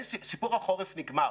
סיפור החורף נגמר.